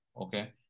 okay